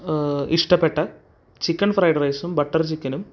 ഇഷ്ടപ്പെട്ട chicken fried റൈസും butter ചിക്കനും